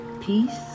Peace